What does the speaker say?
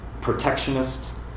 protectionist